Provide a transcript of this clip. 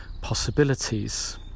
possibilities